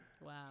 Wow